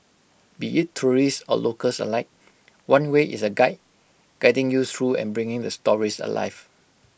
be IT tourists or locals alike one way is A guide guiding you through and bringing the stories alive